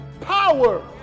power